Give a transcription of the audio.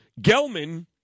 Gelman